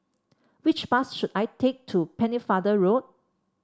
which bus should I take to Pennefather Road